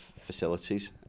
facilities